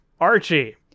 archie